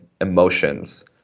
emotions